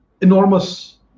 enormous